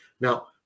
Now